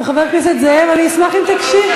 וחבר הכנסת זאב, אני אשמח אם תקשיב.